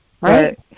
right